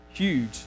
Huge